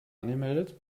angemeldet